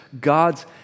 God's